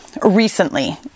recently